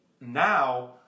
now